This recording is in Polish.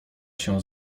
się